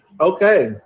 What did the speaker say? Okay